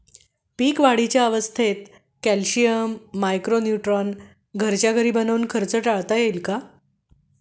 पीक वाढीच्या अवस्थेत calcium, micro nutrient घरच्या घरी बनवून खर्च टाळता येईल का?